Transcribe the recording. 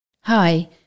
Hi